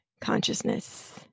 consciousness